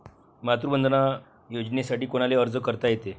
मातृवंदना योजनेसाठी कोनाले अर्ज करता येते?